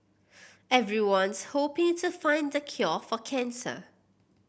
everyone's hoping to find the cure for cancer